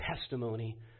testimony